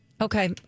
Okay